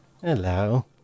Hello